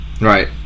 right